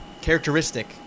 Characteristic